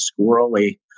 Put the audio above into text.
squirrely